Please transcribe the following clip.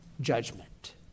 judgment